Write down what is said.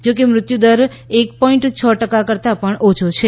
જો કે તે મૃત્યુ દર એક પોઇન્ટ છ ટકા કરતાં પણ ઓછો છે